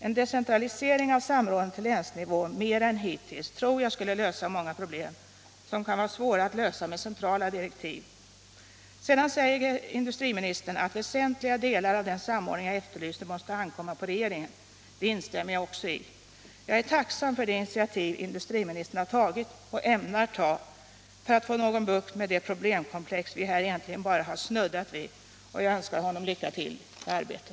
En decentralisering av samråden till länsnivå mera än hittills tror jag skulle lösa många problem, som kan vara svåra att lösa med centrala direktiv. Sedan säger industriministern att väsentliga delar av den samordning jag efterlyser måste ankomma på regeringen. Det instämmer jag också i. Jag är tacksam för de initiativ industriministern har tagit och ämnar ta för att få någon bukt med det problemkomplex vi här egentligen bara har snuddat vid, och jag önskar honom lycka till i arbetet.